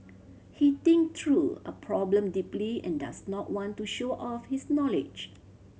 he thinks through a problem deeply and does not want to show off his knowledge